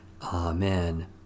Amen